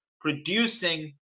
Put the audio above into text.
producing